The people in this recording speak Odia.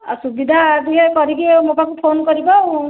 ଆ ସୁବିଧା ଟିକେ କରିକି ମୋ ପାଖକୁ ଫୋନ କରିବ ଆଉ